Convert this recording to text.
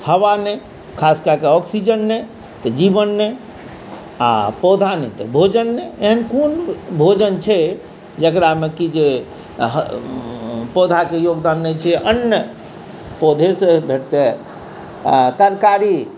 हवा नहि खास कए कऽ ऑक्सिजन नहि तऽ जीवन नहि आओर पौधा नहि तऽ भोजन नहि एहन कोन भोजन छै जकरामे की जे पौधाके योगदान नहि छै अन्न पौधासँ भेटतै आओर तरकारी